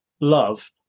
love